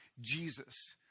Jesus